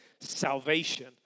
salvation